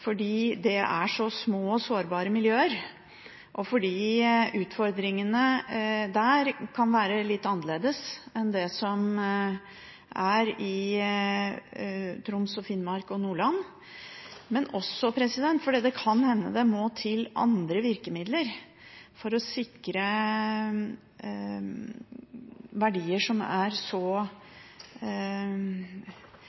fordi det er så små og sårbare miljøer og utfordringene der kan være litt annerledes enn i Troms, Finnmark og Nordland, men også fordi det kan hende det må andre virkemidler til for å sikre verdier som er så